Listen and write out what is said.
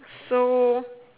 so